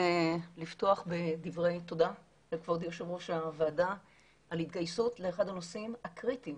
לפתוח בדברי תודה לכבוד יו"ר הוועדה על התגייסות לאחד הנושאים הקריטיים